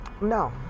no